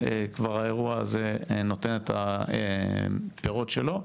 האירוע הזה כבר נותן את הפירות שלו.